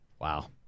Wow